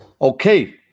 Okay